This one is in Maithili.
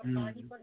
हुँ